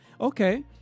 Okay